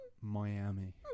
Miami